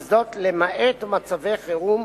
וזאת למעט מצבי חירום